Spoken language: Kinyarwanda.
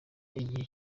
igihe